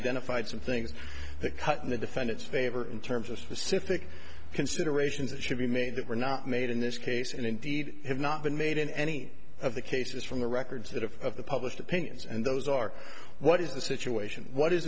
identified some things that cut in the defendant's favor in terms of specific considerations that should be made that were not made in this case and indeed have not been made in any of the cases from the records that of the published opinions and those are what is the situation what is